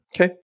okay